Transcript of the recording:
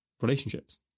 relationships